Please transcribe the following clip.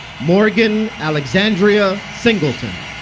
morgan alekzandria singleton